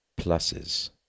Pluses